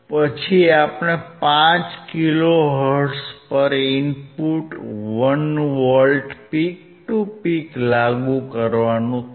પછી આપણે 5 કિલોહર્ટ્ઝ પર input 1V peak to peak લાગુ કરવું પડશે